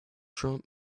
trump